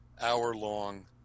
hour-long